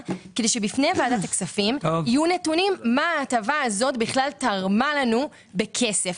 כדי שבפני ועדת הכספים יהיו נתונים מה ההטבה הזו בכלל תרמה לנו בכסף.